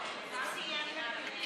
ידידי חבר הכנסת טלב אבו עראר,